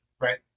Right